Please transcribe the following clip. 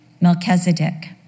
Melchizedek